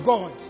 God